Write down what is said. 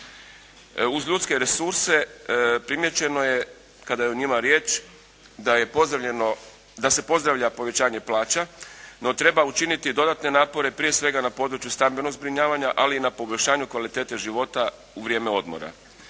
Uz ljudske resurse primijećeno je kada je o njima riječ da se pozdravlja povećanje plaća. No, treba učiniti dodatne napore prije svega na području stambenog zbrinjavanja, ali i na poboljšanju kvalitete života u vrijeme odmora.